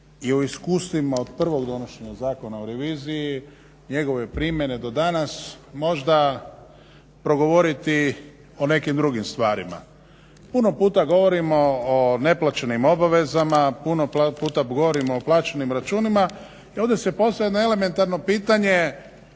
i o iskustvima od prvog donošenja Zakona o reviziji njegove primjene do danas možda progovoriti o nekim drugim stvarima. Puno puta govorimo o neplaćenim obavezama, puno puta govorimo o plaćenim računima i onda se postavlja jedno elementarno pitanje